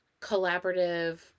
collaborative